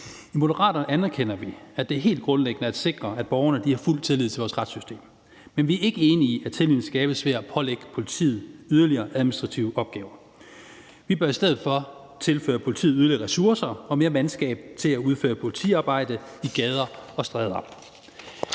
I Moderaterne anerkender vi, at det er helt grundlæggende at sikre, at borgerne har fuld tillid til vores retssystem, men vi er ikke enige i, at tilliden skabes ved at pålægge politiet yderligere administrative opgaver. Vi bør i stedet for tilføre politiet yderligere ressourcer og mere mandskab til at udføre politiarbejde på gader og stræder.